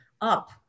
up